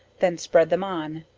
then spread them on,